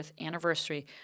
anniversary